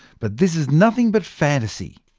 but this is nothing but fantasy.